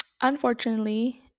unfortunately